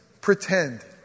pretend